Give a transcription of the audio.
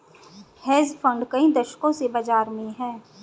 hedge fund कई दशकों से बाज़ार में हैं